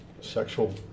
sexual